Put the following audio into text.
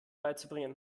beizubringen